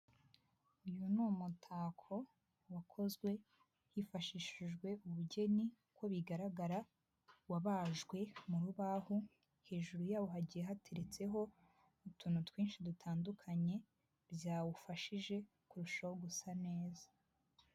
Uyu ni umutako wakozwe hifashishijwe ubugeni, uko bigaragara wabajwe mu rubaho, hejuru yawo hagiye hateretseho utuntu twinshi dutandukanye, byawufashije kurushaho gusa neza.